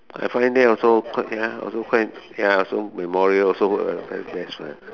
I find there also quite ya also quite ya also memorable also uh that's right